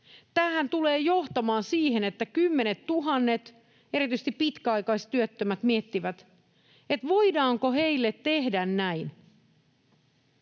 Tämähän tulee johtamaan siihen, että kymmenettuhannet erityisesti pitkäaikaistyöttömät miettivät, voidaanko heille tehdä näin.